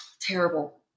Terrible